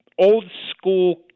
old-school